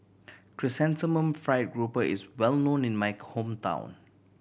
Chrysanthemum Fried Grouper is well known in my hometown